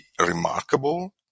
remarkable